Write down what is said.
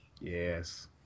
Yes